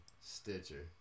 Stitcher